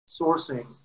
sourcing